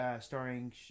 starring